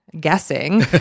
guessing